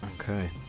Okay